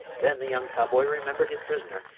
then the young cowboy remembered his prisoner,